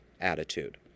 attitude